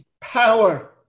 Power